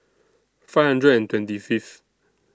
five hundred and twenty Fifth